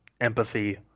empathy